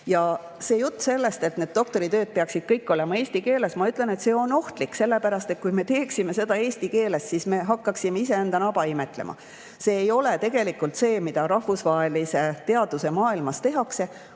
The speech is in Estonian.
arendada. See jutt, et doktoritööd peaksid kõik olema eesti keeles – ma ütlen, et see on ohtlik. Sellepärast, et kui me teeksime neid eesti keeles, siis me hakkaksime iseenda naba imetlema. See ei ole tegelikult see, mida rahvusvahelise teaduse maailmas tehakse.